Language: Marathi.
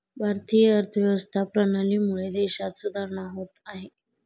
भारतीय अर्थव्यवस्था प्रणालीमुळे देशात सुधारणा होत आहे